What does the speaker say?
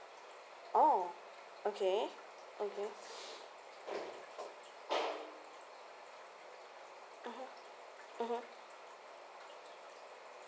oh okay okay mmhmm